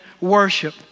worship